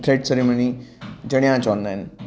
thread ceremony जणियां चवंदा आहिनि